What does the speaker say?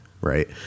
right